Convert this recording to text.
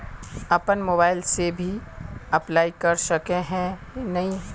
अपन मोबाईल से भी अप्लाई कर सके है नय?